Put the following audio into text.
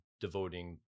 devoting